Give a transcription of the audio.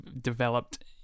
developed